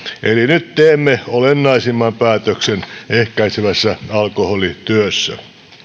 nyt teemme olennaisimman päätöksen ehkäisevässä alkoholityössä